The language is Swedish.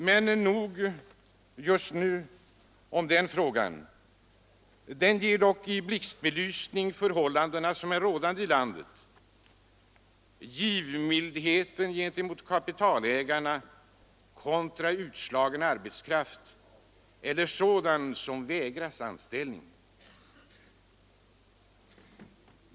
Men nog om den frågan, den ger dock en blixtbelysning av de förhållanden som är rådande i landet: givmildheten gentemot kapitalägarna kontra utslagen arbetskraft eller sådan som vägras anställning.